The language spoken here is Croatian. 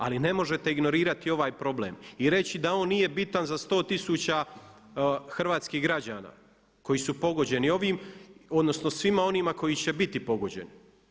Ali ne možete ignorirati ovaj problem i reći da on nije bitan za 100 tisuća hrvatskih građana koji su pogođeni ovim odnosno svima onima koji će biti pogođeni.